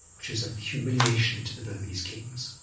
which was a humiliation to the burmese kings,